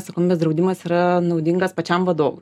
atsakomybės draudimas yra naudingas pačiam vadovui